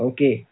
Okay